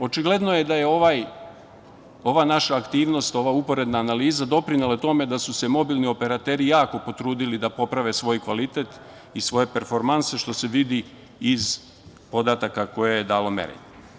Očigledno je da je ova naša aktivnost, ova uporedna analiza doprinela tome da su se mobilni operateri jako potrudili da poprave svoj kvalitet i svoje performanse, što se vidi iz podataka koje je dalo merenje.